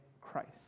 Christ